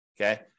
Okay